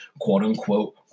quote-unquote